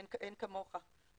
אין כמוך.